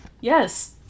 Yes